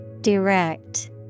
Direct